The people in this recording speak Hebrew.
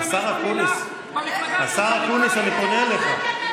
השר אקוניס, אתה בקריאה ראשונה.